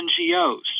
NGOs